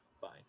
Fine